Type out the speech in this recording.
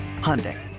Hyundai